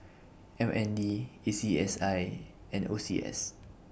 M N D A C S I and O C S